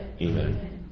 Amen